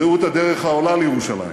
ראו את הדרך העולה לירושלים: